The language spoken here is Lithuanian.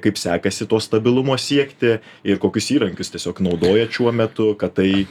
kaip sekasi to stabilumo siekti ir kokius įrankius tiesiog naudojat šiuo metu kad tai